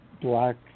black